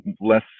less